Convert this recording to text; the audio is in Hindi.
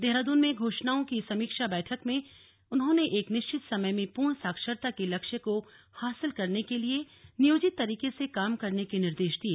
देहरादून में घोषणाओं की समीक्षा बैठक में उन्होंने एक निश्चित समय में पूर्ण साक्षरता के लक्ष्य को हासिल करने के लिए नियोजित तरीके से काम करने के निर्देश दिए